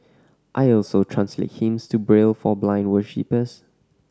I also translate hymns to Braille for blind worshippers